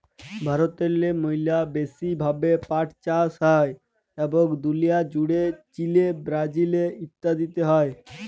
ভারতেল্লে ম্যালা ব্যাশি ভাবে পাট চাষ হ্যয় এবং দুলিয়া জ্যুড়ে চিলে, ব্রাজিল ইত্যাদিতে হ্যয়